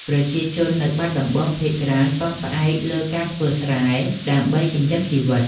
ប្រជាជននៅបាត់ដំបងភាគច្រើនពឹងផ្អែកលើការធ្វើស្រែ ដើម្បីចិញ្ចឹមជីវិត។